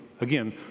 Again